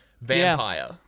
Vampire